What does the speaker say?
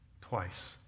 Twice